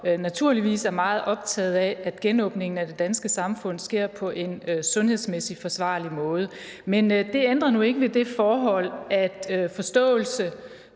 naturligvis er meget optagede af, at genåbningen af det danske samfund sker på en sundhedsmæssig forsvarlig måde. Men det ændrer nu ikke ved det forhold, at den forståelse,